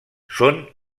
són